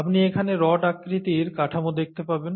আপনি এখানে রড আকৃতির কাঠামো দেখতে পাবেন